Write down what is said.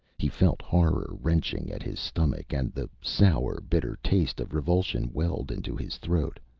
he felt horror wrenching at his stomach and the sour, bitter taste of revulsion welled into his throat,